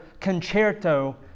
concerto